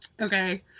Okay